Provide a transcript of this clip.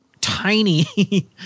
tiny